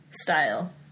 style